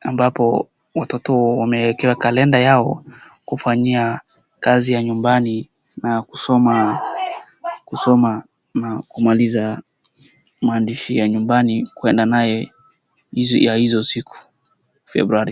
ambapo watoto wamewekea calender yao kufanyia kazi ya nyumbani na kusoma na kumaliza maandishi ya nyumbani kwenda naye ya hizo siku February.